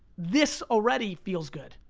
this already feels good.